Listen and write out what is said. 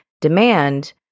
demand